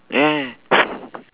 yeah yeah